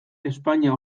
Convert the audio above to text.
espainia